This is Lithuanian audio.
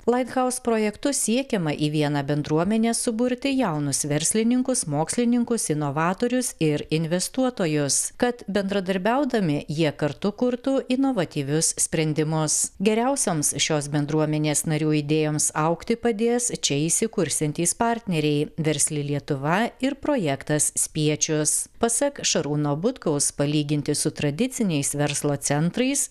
light house projektu siekiama į vieną bendruomenę suburti jaunus verslininkus mokslininkus inovatorius ir investuotojus kad bendradarbiaudami jie kartu kurtų inovatyvius sprendimus geriausioms šios bendruomenės narių idėjoms augti padės čia įsikursiantys partneriai versli lietuva ir projektas spiečius pasak šarūno butkaus palyginti su tradiciniais verslo centrais